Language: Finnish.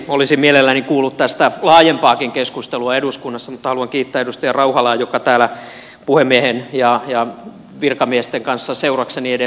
olisin mielelläni kuullut tästä laajempaakin keskustelua eduskunnassa mutta haluan kiittää edustaja rauhalaa joka täällä puhemiehen ja virkamiesten kanssa seurakseni edes on